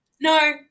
No